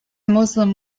muslim